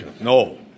No